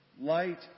Light